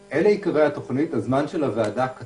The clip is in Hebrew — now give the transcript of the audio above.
שכותרתו: על מה צריך להחליט?) אלה עיקרי התוכנית.